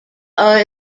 are